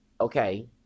okay